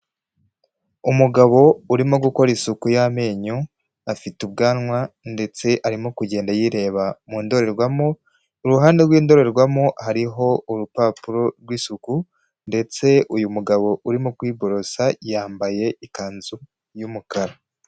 Umugabo urimo gukora isuku y'amenyo, afite ubwanwa ndetse arimo kugenda yireba mu ndorerwamo, iruhande rw'indorerwamo hariho urupapuro rw'isuku, ndetse uyu mugabo urimo kwiborosa yambaye ikanzu y'umukara.